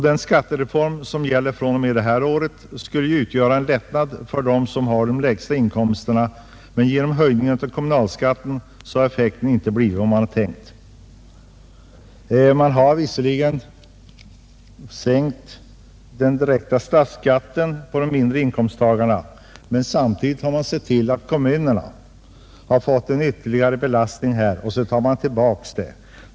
Den skattereform som gäller från och med detta år skulle utgöra en lättnad för dem som har de lägsta inkomsterna, men genom höjningen av kommunalskatterna har effekten inte blivit vad man tänkt. Man har visserligen sänkt den direkta statsskatten för de mindre inkomsttagarna, men samtidigt har man sett till att kommunerna har fått en ytterligare belastning, och så tar man tillbaka skattesänkningen.